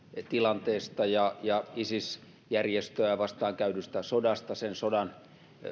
tilanteesta ja ja isis järjestöä vastaankäydystä sodasta sen sodan